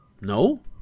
No